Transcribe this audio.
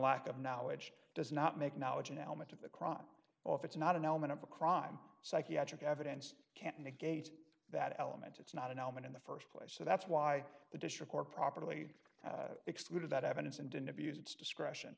lack of knowledge does not make knowledge an element of the crime or if it's not an element of a crime psychiatric evidence can't negate that element it's not an element in the st place so that's why the district or properly excluded that evidence and didn't abused its discretion